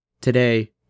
today